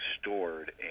stored